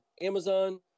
Amazon